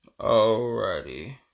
Alrighty